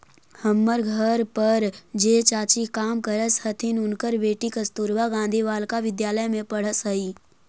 हमर घर पर जे चाची काम करऽ हथिन, उनकर बेटी कस्तूरबा गांधी बालिका विद्यालय में पढ़ऽ हई